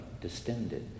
distended